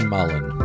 Mullen